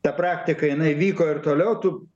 ta praktika jinai vyko ir toliau tų